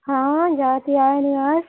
हाँ जाति आय निवास